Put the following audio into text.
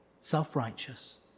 self-righteous